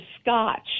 scotch